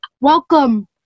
Welcome